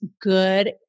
good